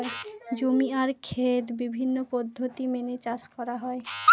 জমি আর খেত বিভিন্ন পদ্ধতি মেনে চাষ করা হয়